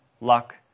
luck